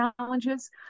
challenges